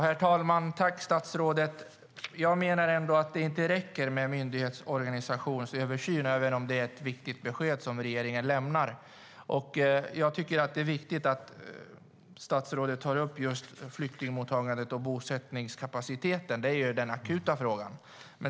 Herr talman! Jag vill tacka statsrådet. Jag menar ändå att en myndighetsorganisationsöversyn inte räcker, även om det är ett viktigt besked som regeringen lämnar. Det är viktigt att statsrådet tar upp just flyktingmottagandet och bosättningskapaciteten. Det är den akuta frågan.